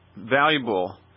valuable